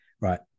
right